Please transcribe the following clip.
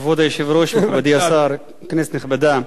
כבוד היושב-ראש, מכובדי השר, כנסת נכבדה,